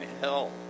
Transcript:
hell